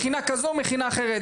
מכינה כזו או אחרת.